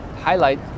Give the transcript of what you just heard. highlight